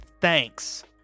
thanks